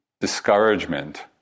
discouragement